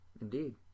Indeed